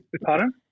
Pardon